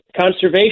conservation